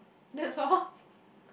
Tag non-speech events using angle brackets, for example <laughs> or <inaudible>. that's all <laughs>